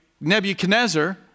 Nebuchadnezzar